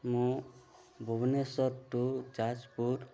ମୁଁ ଭୁବନେଶ୍ୱରଠୁ ଯାଜପୁର